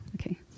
Okay